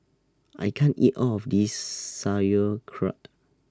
I can't eat All of This Sauerkraut